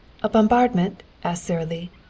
a bombardment? asked sara lee.